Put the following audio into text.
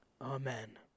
Amen